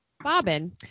Bobbin